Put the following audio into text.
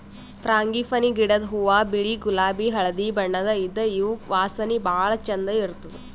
frangipani ಗಿಡದ್ ಹೂವಾ ಬಿಳಿ ಗುಲಾಬಿ ಹಳ್ದಿ ಬಣ್ಣದ್ ಇದ್ದ್ ಇವ್ ವಾಸನಿ ಭಾಳ್ ಛಂದ್ ಇರ್ತದ್